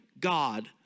God